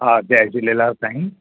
हा जय झूलेलाल साईं